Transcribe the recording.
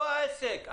לא העסק.